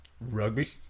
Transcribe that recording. Rugby